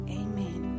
amen